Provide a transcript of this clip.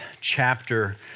chapter